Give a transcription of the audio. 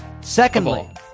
Secondly